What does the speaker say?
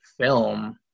film